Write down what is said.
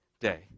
day